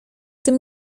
tym